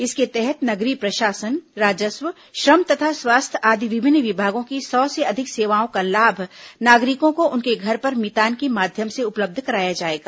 इसके तहत नगरीय प्रषासन राजस्व श्रम तथा स्वास्थ्य आदि विभिन्न विभागों की सौ से अधिक सेवाओं का लाभ नागरिकों को उनके घर पर मितान के माध्यम से उपलब्ध कराया जाएगा